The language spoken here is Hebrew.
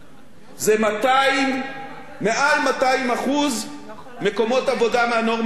זה מעל 200% מקומות עבודה מהנורמה הרגילה.